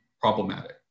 problematic